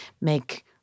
make